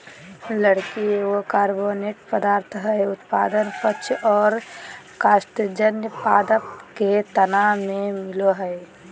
लकड़ी एगो कार्बनिक पदार्थ हई, उत्पादन वृक्ष आरो कास्टजन्य पादप के तना में मिलअ हई